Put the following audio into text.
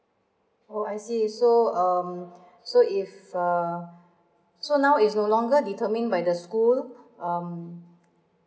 oh I see so um so if uh so now is no longer determine by the school um